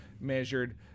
measured